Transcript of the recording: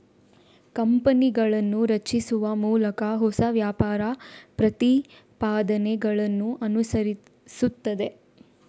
ಕಂಪನಿಗಳನ್ನು ರಚಿಸುವ ಮೂಲಕ ಹೊಸ ವ್ಯಾಪಾರ ಪ್ರತಿಪಾದನೆಗಳನ್ನು ಅನುಸರಿಸುತ್ತದೆ